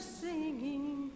singing